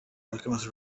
alchemist